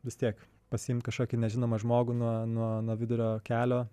vis tiek pasiimt kažkokį nežinomą žmogų nuo nuo nuo vidurio kelio